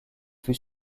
fut